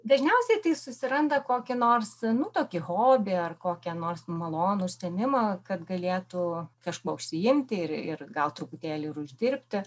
dažniausiai tai susiranda kokį nors nu tokį hobį ar kokį nors malonų užsiėmimą kad galėtų kažkuo užsiimti ir ir gal truputėlį ir uždirbti